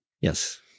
Yes